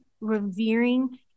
revering